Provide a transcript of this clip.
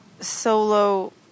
solo